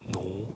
no